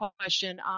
question